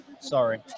Sorry